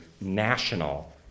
national